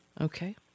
Okay